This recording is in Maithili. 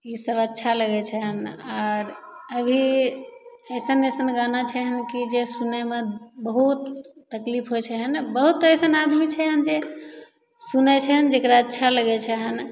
ईसब अच्छा लगै छै हँ आओर अभी अइसन अइसन गाना छै हँ जे सुनैमे बहुत तकलीफ होइ छै हँ बहुत अइसन आदमी छै हँ जे सुनै छनि जकरा अच्छा लगै छै हँ